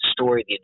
story